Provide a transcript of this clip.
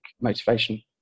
motivation